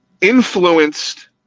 influenced